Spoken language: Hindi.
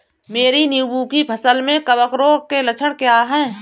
मेरी नींबू की फसल में कवक रोग के लक्षण क्या है?